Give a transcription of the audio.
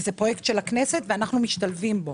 זה פרויקט של הכנסת ואנחנו משתלבים בו.